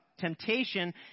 temptation